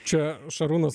čia šarūnas